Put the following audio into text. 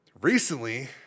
recently